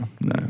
no